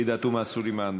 עאידה תומא סלימאן,